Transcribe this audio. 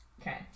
Okay